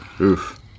Oof